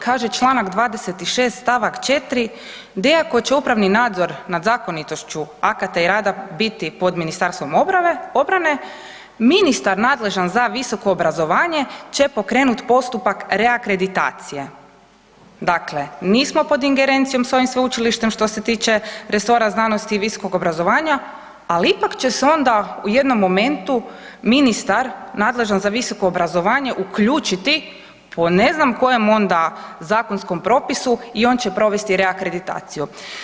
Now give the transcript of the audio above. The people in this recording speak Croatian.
Kaže članak 26. stavak 4. gdje: „Ako će upravni nadzor nad zakonitošću akata i rada biti pod Ministarstvom obrane ministar nadležan za visoko obrazovanje će pokrenuti postupak reakreditacije.“ Dakle, nismo pod ingerencijom sa ovim sveučilištem što se tiče resora znanosti i visokog obrazovanja, ali ipak će se onda u jednom momentu ministar nadležan za visoko obrazovanje uključiti po ne znam kojem onda zakonskom propisu i on će provesti reakreditaciju.